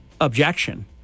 objection